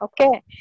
Okay